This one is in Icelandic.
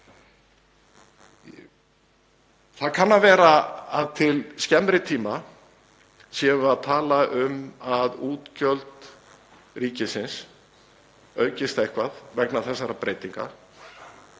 Það kann að vera að til skemmri tíma séum við að tala um að útgjöld ríkisins aukist eitthvað vegna þessara breytinga.